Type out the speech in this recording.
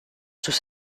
sus